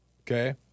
okay